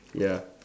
ya